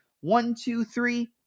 one-two-three